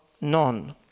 none